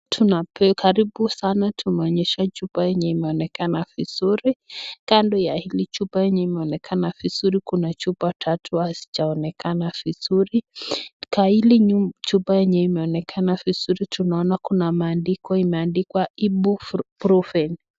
Karibu sana tumeonyeshwa chupa yenye imeonekana vizuri kando ya hii chupa imeonekana vizuri kuna chupa tatu hazijaonekana vizuri kwa hili chupa inaonekana vizuri tunaona kuna maandishi imeandikwa iproven .